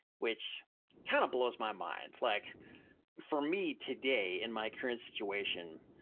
which kind of blows my mind. like for me, today, in my current situation,